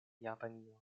japanio